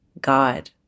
God